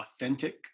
authentic